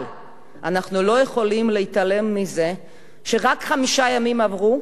אבל אנחנו לא יכולים להתעלם מזה שרק חמישה ימים עברו,